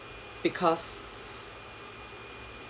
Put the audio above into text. because